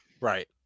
Right